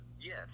yes